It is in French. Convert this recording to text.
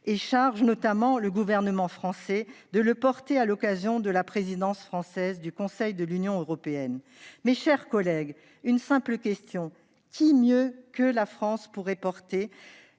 Il charge notamment le Gouvernement de le porter à l'occasion de la présidence française du Conseil de l'Union européenne. Mes chers collègues, la question est simple : qui mieux que la France pourrait porter